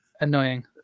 annoying